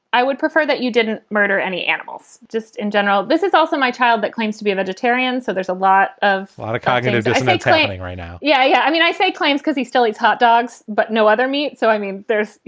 i would prefer that you didn't murder any animals just in general. this is also my child that claims to be a vegetarian. so there's a lot of lot of cognitive dissonance claiming right now. yeah. yeah. i mean, i say claims because he still eats hot dogs, but no other meat. so, i mean, there's. yeah,